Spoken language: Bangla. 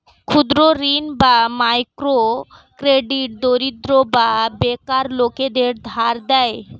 ক্ষুদ্র ঋণ বা মাইক্রো ক্রেডিট দরিদ্র বা বেকার লোকদের ধার দেয়